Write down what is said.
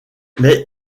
mais